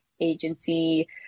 agency